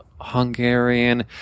Hungarian